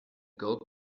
girl